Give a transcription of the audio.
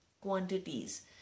quantities